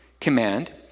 command